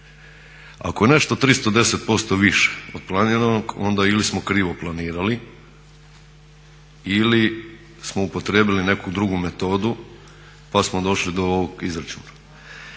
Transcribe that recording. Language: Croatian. Ako je nešto 310% više od planiranog onda ili smo krivo planirali ili smo upotrijebili neku drugu metodu pa smo došli do ovog izračuna.